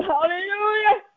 Hallelujah